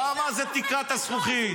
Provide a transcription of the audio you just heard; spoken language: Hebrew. שמה זאת תקרת הזכוכית.